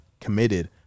committed